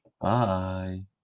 Bye